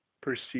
perceive